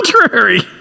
contrary